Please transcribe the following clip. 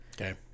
okay